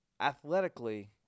Athletically